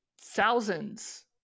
thousands